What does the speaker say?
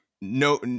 No